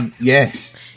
Yes